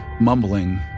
mumbling